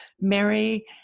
mary